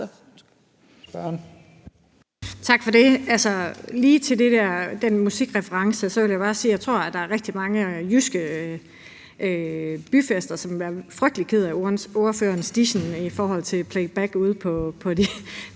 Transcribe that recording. Tak for det. Lige til den musikreference vil jeg bare sige, at jeg tror, der er rigtig mange ved de jyske byfester, som ville være frygtelig kede af ordførerens dissen i forhold til playback ude på